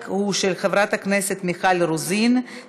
הצעת החוק היא של חברת הכנסת מיכל רוזין.